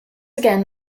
again